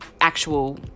actual